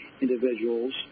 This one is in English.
individuals